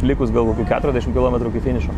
likus gal kokių keturiasdešim kilometrų iki finišo